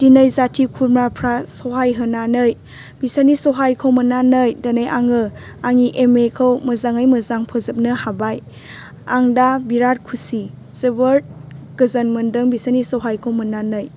दिनै जाथि खुरमाफोरा सहाय होनानै बिसोरनि सहायखौ मोननानै दिनै आङो आंनि एम ए खौ मोजाङै मोजां फोजोबनो हाबाय आं दा बिराद खुसि जोबोर गोजोन मोनदों बिसोरनि सहायखौ मोननानै